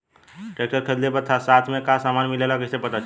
Tractor खरीदले पर साथ में का समान मिलेला कईसे पता चली?